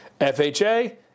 FHA